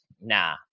Nah